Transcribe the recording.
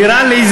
נראה לי,